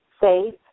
safe